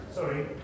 Sorry